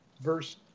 verse